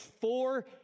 Four